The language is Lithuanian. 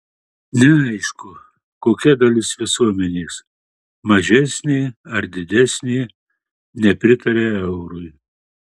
neaišku kokia dalis visuomenės mažesnė ar didesnė nepritaria eurui